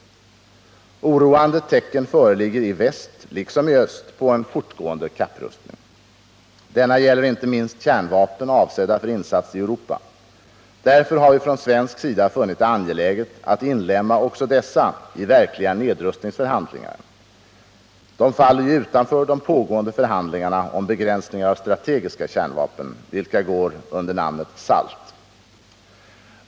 Oroande tecken föreligger i väst liksom i öst på en fortgående kapprustning. Denna gäller inte minst kärnvapen avsedda för insats i Europa. Därför har vi från svensk sida funnit det angeläget att inlemma också dessa i verkliga nedrustningsförhandlingar. De faller ju utanför de pågående förhandlingarna om begränsningar av strategiska kärnvapen, vilka går under namnet SALT.